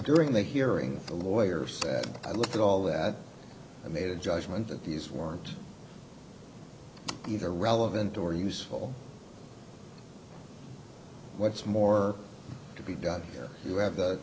during the hearing the lawyers looked at all that i made a judgment that these weren't either relevant or useful what's more to be done here you have the